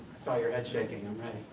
saw your head shaking, i'm ready.